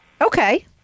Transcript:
okay